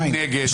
מי נגד?